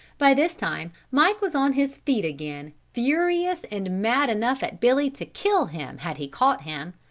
by this time mike was on his feet again, furious and mad enough at billy to kill him had he caught him,